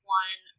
one